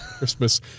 Christmas